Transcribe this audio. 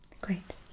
Great